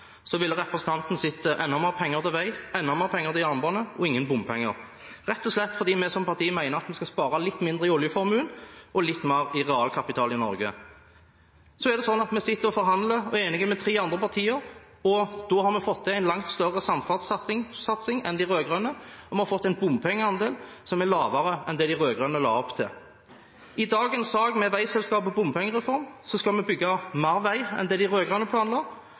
Så er det sånn at vi sitter og forhandler og blir enige med tre andre partier, og da har vi fått til en langt større samferdselssatsing enn de rød-grønne, og vi har fått en bompengeandel som er lavere enn den de rød-grønne la opp til. Med dagens sak, med veiselskap og bompengereform, skal vi bygge mer vei enn det de rød-grønne planla,